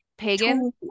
Pagan